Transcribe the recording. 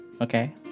Okay